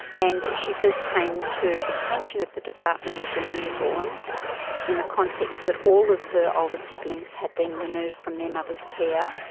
and she first came to the attention of the department as a newborn in the context that all of her older siblings had been removed from their mother's care,